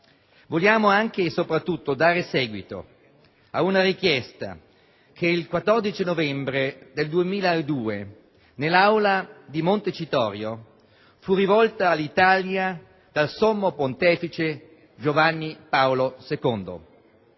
Vogliamo, anche e soprattutto, dare seguito a una richiesta che il 14 novembre del 2002 nell'Aula di Montecitorio fu rivolta all'Italia dal sommo pontefice Giovanni Paolo II.